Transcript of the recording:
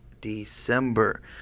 December